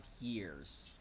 years